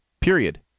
period